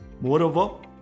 Moreover